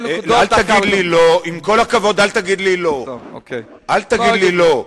עם כל הכבוד, אל תגיד לי "לא".